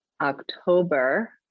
October